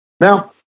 Now